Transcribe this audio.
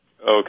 Okay